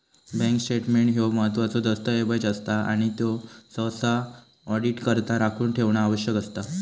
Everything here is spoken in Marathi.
बँक स्टेटमेंट ह्यो महत्त्वाचो दस्तऐवज असता आणि त्यो सहसा ऑडिटकरता राखून ठेवणा आवश्यक असता